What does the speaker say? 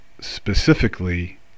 specifically